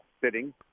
sitting